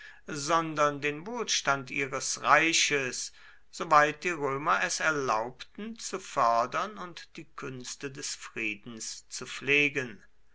sondern den wohlstand ihres reiches soweit die römer es erlaubten zu fördern und die künste des friedens zu pflegen